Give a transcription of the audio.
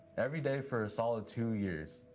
every day for a solid two years.